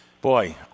boy